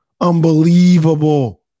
unbelievable